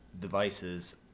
devices